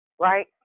Right